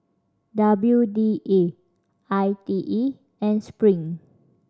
W D A I T E and Spring